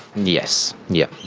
yes. yep.